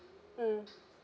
mm